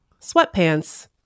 sweatpants